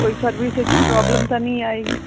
ਕੋਈ ਸਰਵਿਸ ਵਿਚ ਪ੍ਰੋਬਲਮ ਤਾਂ ਨਹੀਂ ਆਏਗੀ